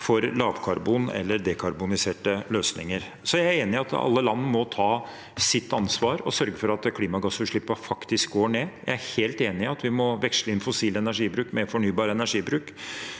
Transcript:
for lavkarbon eller dekarboniserte løsninger i olje- og gassindustrien vår. Jeg er enig i at alle land må ta sitt ansvar og sørge for at klimagassutslippene faktisk går ned. Jeg er helt enig i at vi må veksle inn fossil energibruk med fornybar ener